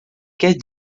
quer